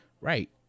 right